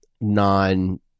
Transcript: non